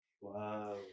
Wow